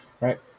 Right